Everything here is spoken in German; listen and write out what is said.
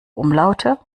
umlaute